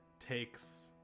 takes